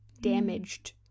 Damaged